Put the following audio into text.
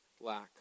lack